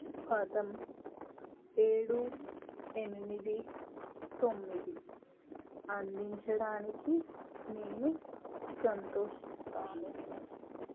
పదం ఏడు ఎనిమిది తొమ్మిది అందించడానికి నేను సంతోషిస్తాను